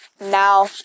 now